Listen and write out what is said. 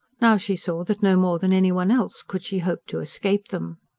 now she saw that no more than anyone else could she hope to escape them.